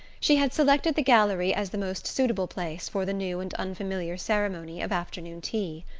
she had selected the gallery as the most suitable place for the new and unfamiliar ceremony of afternoon tea.